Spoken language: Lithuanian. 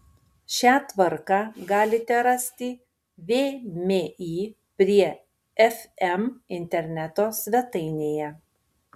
šią tvarką galite rasti vmi prie fm interneto svetainėje